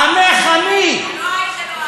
עמך עמי, אלוהייך אלוהי.